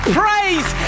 praise